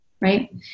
right